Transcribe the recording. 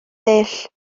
dull